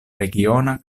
regiona